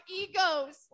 egos